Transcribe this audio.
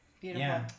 beautiful